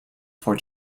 for